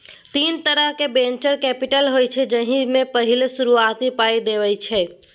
तीन तरहक venture capital होइ छै जाहि मे पहिल शुरुआती पाइ देब छै